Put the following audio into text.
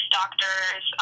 doctors